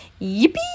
Yippee